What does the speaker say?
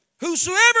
Whosoever